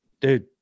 dude